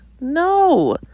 No